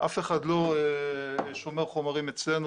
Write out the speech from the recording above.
אף אחד לא שומר חומרים אצלנו,